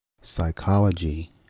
psychology